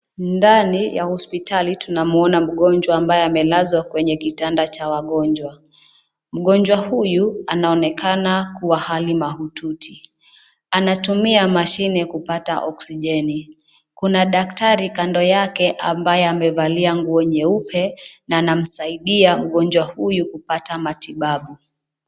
Ndani ya hospitali tunamuona mgonjwa ambaye amelazwa kwenye kitanda cha wagonjwa. Mgonjwa huyu anaonekana kuwa hali mahututi. Anatumia mashine kupata oksijeni. Kuna daktari kando yake ambaye amevalia nguo nyeupe na anamsaidia mgonjwa huyu kupata matibabu.